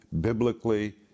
biblically